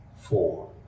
four